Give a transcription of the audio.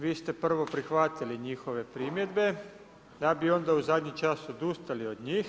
Vi ste prvo prihvatili njihove primjedbe da bi onda u zadnji čas odustali od njih.